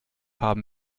haben